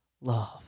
love